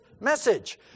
message